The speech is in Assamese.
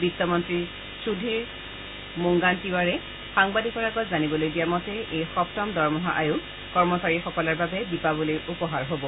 বিত্তমন্ত্ৰী সুধীৰ মূংগানটিৱাৰে সাংবাদিকৰ আগত জানিবলৈ দিয়া মতে এই সপ্তম দৰমহা আয়োগ কৰ্মচাৰীসকলৰ বাবে দিপাৱলীৰ উপহাৰ হব